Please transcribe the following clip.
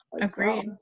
Agreed